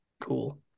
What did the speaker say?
Cool